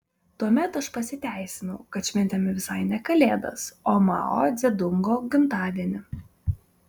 tuomet aš pasiteisinau kad šventėme visai ne kalėdas o mao dzedungo gimtadienį